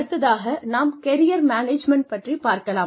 அடுத்ததாக நாம் career management பற்றிப் பார்க்கலாம்